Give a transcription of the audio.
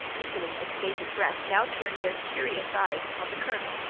listening with bated breath, now turned their curious eyes upon the colonel.